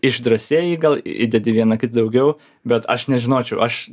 išdrąsėji gal įdedi vieną kit daugiau bet aš nežinočiau aš